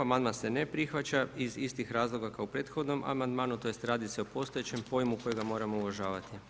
Amandman se ne prihvaća iz istih razloga kao u prethodnom amandmanu, tj. radi se o postojećem pojmu kojega moramo uvažavati.